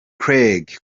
craig